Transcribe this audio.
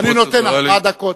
אני נותן ארבע דקות,